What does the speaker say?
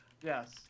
yes